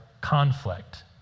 conflict